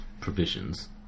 provisions